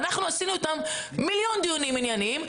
אנחנו עשינו איתם מיליון דיונים ענייניים,